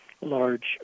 large